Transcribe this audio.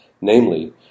namely